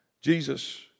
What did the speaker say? Jesus